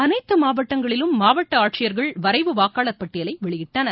அனைத்து மாவட்டங்களிலும் மாவட்ட ஆட்சியர்கள் வரைவு வாக்காளர் பட்டியலை வெளியிட்டனர்